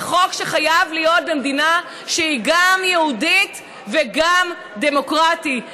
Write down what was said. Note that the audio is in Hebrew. זה חוק שחייב להיות במדינה שהיא גם יהודית וגם דמוקרטית.